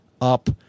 up